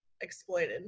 exploited